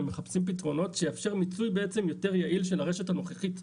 ומחפשים פתרונות שיאפשרו מיצוי יותר יעיל של הרשת הנוכחית.